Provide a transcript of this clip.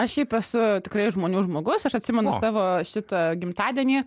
aš šiaip esu tikrai žmonių žmogus aš atsimenu savo šitą gimtadienį